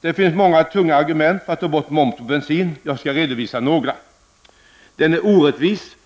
Det finns många tunga argument för att ta bort momsen på bensin. Jag skall redovisa några. Den är orättvis.